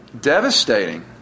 devastating